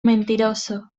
mentiroso